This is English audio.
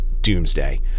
doomsday